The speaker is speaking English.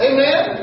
Amen